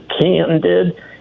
candid